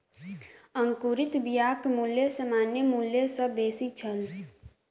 अंकुरित बियाक मूल्य सामान्य मूल्य सॅ बेसी छल